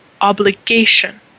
obligation